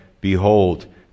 Behold